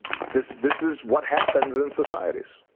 this this is what happens in societies.